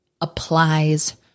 applies